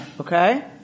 Okay